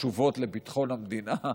חשובות לביטחון המדינה: